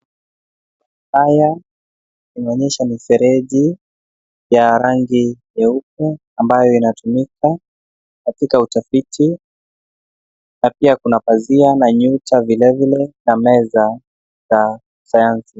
Haya inaonyesha mifereji ya rangi nyeupe ambayo inatumika katika utafiti na pia kuna pazia na nyuta vilevile na meza za sayansi.